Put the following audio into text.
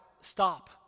Stop